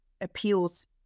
appeals